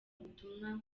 butumwa